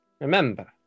remember